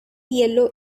yellow